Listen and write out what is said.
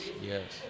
Yes